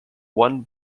won